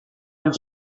amb